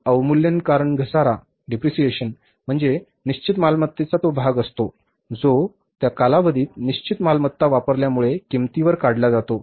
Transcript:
अवमूल्यन कारण घसारा म्हणजे निश्चित मालमत्तेचा तो भाग असतो जो त्या कालावधीत निश्चित मालमत्ता वापरल्यामुळे किंमतीवर काढला जातो